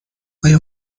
آیا